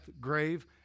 grave